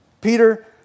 Peter